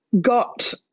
got